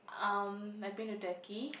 um I've been to Turkey